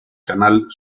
canal